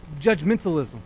judgmentalism